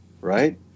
right